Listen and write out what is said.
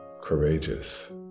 courageous